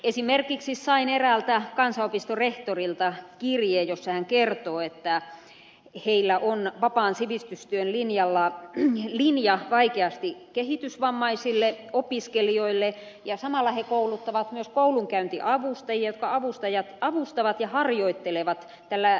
esimerkiksi sain eräältä kansanopiston rehtorilta kirjeen jossa hän kertoo että heillä on vapaan sivistystyön linjalla linja vaikeasti kehitysvammaisille opiskelijoille ja samalla he kouluttavat myös koulunkäyntiavustajia jotka avustavat ja harjoittelevat tällä kehitysvammalinjalla